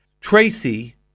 Tracy